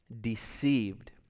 deceived